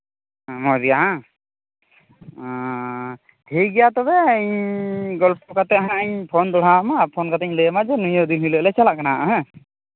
ᱢᱚᱡᱽ ᱜᱮ ᱚᱻ ᱴᱷᱤᱠ ᱜᱮᱭᱟ ᱛᱚᱵᱮ ᱤᱧ ᱜᱚᱞᱯᱚ ᱠᱟᱛᱮᱫ ᱦᱟᱸᱜ ᱤᱧ ᱯᱷᱳᱱ ᱫᱚᱦᱲᱟ ᱟᱢᱟ ᱯᱷᱳᱱ ᱠᱟᱛᱤᱧ ᱞᱟᱹᱭ ᱟᱢᱟ ᱡᱮ ᱱᱤᱭᱟᱹ ᱫᱤᱱ ᱦᱤᱞᱚᱜ ᱜᱮ ᱪᱟᱞᱟᱜ ᱠᱟᱱᱟ ᱦᱮᱸ